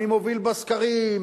אני מוביל בסקרים,